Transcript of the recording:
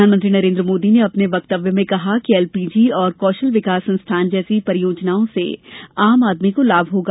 प्रधानमंत्री नरेन्द्र मोदी ने अपने वक्तव्य में कहा कि एलपीजी और कौशल विकास संस्थान जैसी परियोजनाओं से आम आदमी को लाभ होगा